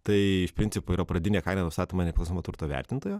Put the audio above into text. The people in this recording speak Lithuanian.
tai iš principo yra pradinė kaina nustatoma nepriklausomo turto vertintojo